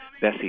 Bessie